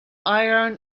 iron